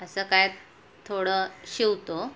असं काय थोडं शिवतो